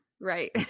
Right